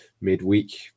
midweek